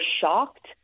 shocked